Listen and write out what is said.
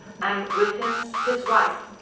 and with him his wife,